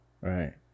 Right